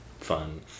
fun